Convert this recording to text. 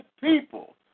people